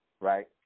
right